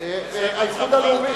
האיחוד הלאומי.